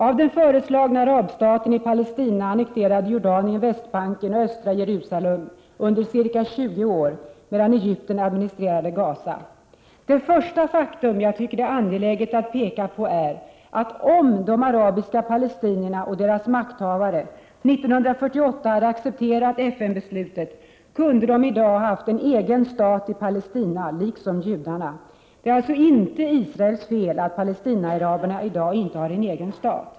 Av den föreslagna arabstaten i Palestina annekterade Jordanien Västbanken och östra Jerusalem under ca 20 år, medan Egypten administrerade Gaza. Det första faktum, som jag tycker det är angeläget att peka på, är att om de arabiska palestinierna och deras makthavare 1948 hade accepterat FN beslutet kunde de i dag ha haft en egen stat i Palestina liksom judarna. Det är alltså inte Israels fel att palestina-araberna i dag inte har en egen stat.